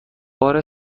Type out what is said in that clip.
بار